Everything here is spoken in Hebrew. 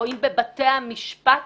רואים בבתי המשפט